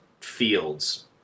fields